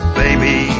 baby